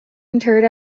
interred